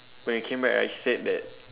when we came back right she said that